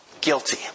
guilty